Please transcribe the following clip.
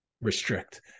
restrict